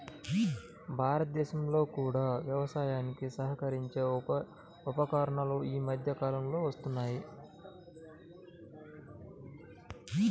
భారతదేశంలో కూడా వ్యవసాయానికి సహకరించే ఉపకరణాలు ఈ మధ్య కాలంలో వస్తున్నాయి